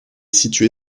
située